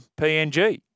PNG